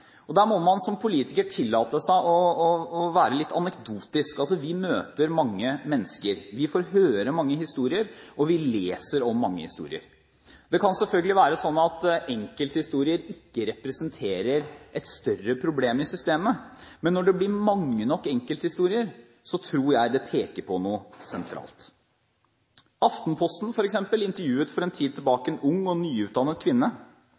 politiker tillate seg å være litt anekdotisk – vi møter mange mennesker, vi får høre mange historier, og vi leser mange historier. Det kan selvfølgelig være slik at enkelthistorier ikke representerer et større problem i systemet, men når det blir mange nok enkelthistorier, tror jeg det peker på noe sentralt. Aftenposten f.eks. intervjuet for en tid tilbake en ung og nyutdannet kvinne